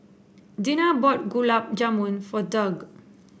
Dina bought Gulab Jamun for Doug